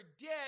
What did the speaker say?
dead